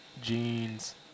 Jeans